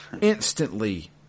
Instantly